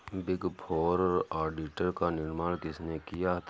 Big four auditor का निर्माण किसने किया?